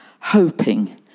hoping